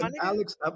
Alex